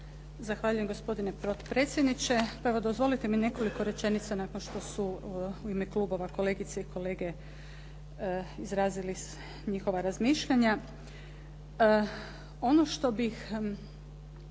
Zahvaljujem, gospodine potpredsjedniče. Prvo, dozvolite mi nekoliko rečenica nakon što su u ime klubova kolegice i kolege izrazili njihova razmišljanja. Ono što bih